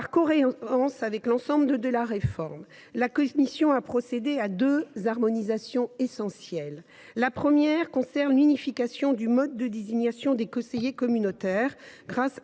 cohérence avec l’ensemble de la réforme, la commission a par ailleurs procédé à deux harmonisations essentielles. La première consiste dans l’unification du mode de désignation des conseillers communautaires, grâce à